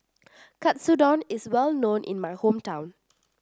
Katsudon is well known in my hometown